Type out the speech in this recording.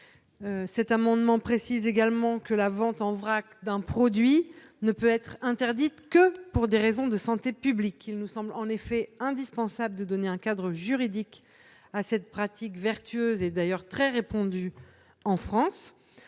Cet amendement tend également à préciser que la vente en vrac d'un produit ne peut être interdite que pour des raisons de santé publique. Il nous semble en effet indispensable de donner un cadre juridique à cette pratique vertueuse qui est très répandue en France.